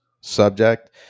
subject